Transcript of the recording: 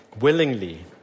willingly